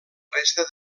resta